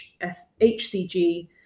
HCG